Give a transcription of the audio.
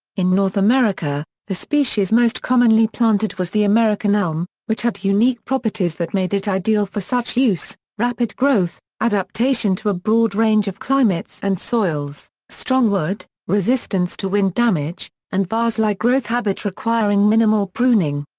in north america, the species most commonly planted was the american elm, which had unique properties that made it ideal for such use rapid growth, adaptation to a broad range of climates and soils, strong wood, resistance to wind damage, and vase-like growth habit requiring minimal pruning.